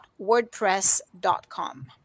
WordPress.com